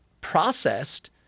processed